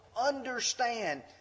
understand